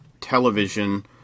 Television